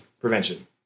prevention